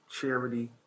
charity